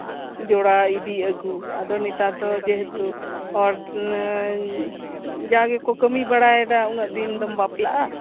ᱡᱚᱲᱟᱣ ᱤᱫᱤ ᱟᱜᱩ ᱟᱫᱚ ᱱᱮᱛᱟᱨ ᱫᱚ ᱡᱮᱦᱮᱛᱩ ᱦᱚᱲᱡᱟᱜᱮᱠᱚ ᱠᱟᱢᱤ ᱵᱟᱲᱟᱭ ᱫᱟ ᱩᱱᱟᱹᱜ ᱫᱤᱱ ᱫᱚᱢ ᱵᱟᱯᱞᱟᱜᱼᱟ